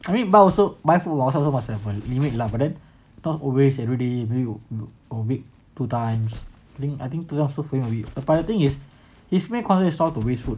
I mean but also mindful lah have a limit lah but then not always everyday really you know a week two times I think two time also a bit but the thing is his main concern is not to waste food